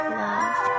love